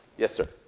yes, sir.